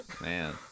man